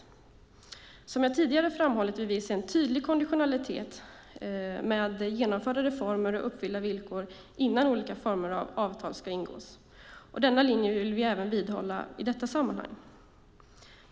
Som jag tidigare framhållit vill vi se en tydlig konditionalitet med genomförda reformer och uppfyllda villkor innan olika former av avtal ingås, och denna linje vill vi vidhålla även i detta sammanhang.